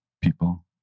people